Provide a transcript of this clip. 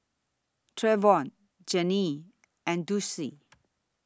Treyvon Janie and Dulcie